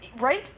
Right